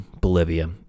Bolivia